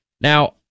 Now